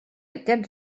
aquest